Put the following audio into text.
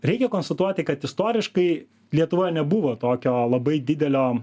reikia konstatuoti kad istoriškai lietuvoj nebuvo tokio labai didelio